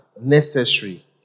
necessary